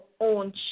own